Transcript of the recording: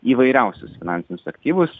įvairiausius finansinius aktyvus